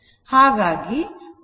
ಹಾಗೂ ಕೋನವು 0 ಆಗಿರುತ್ತದೆ